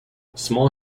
small